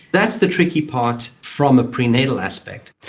that's the tricky part from a pre-natal aspect.